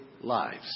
lives